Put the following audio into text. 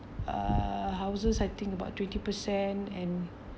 uh houses I think about twenty percent and